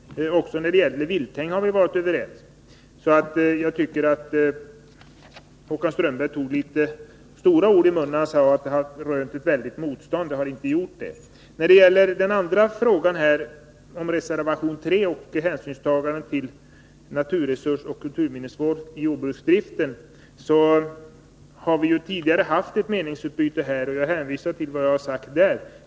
Också när det gäller vilthägn har vi varit överens. Jag tycker att Håkan Strömberg tog litet stora ord i sin mun, när han sade att propositionen har rönt ett väldigt motstånd. Så är inte fallet. När det gäller reservation 3 och hänsynstagandet till naturvården och kulturminnesvården i jordbruksdriften har vi tidigare haft ett meningsutbyte. Jag hänvisar till vad jag då sade.